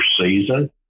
season